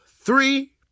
three